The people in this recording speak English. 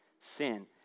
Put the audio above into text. sin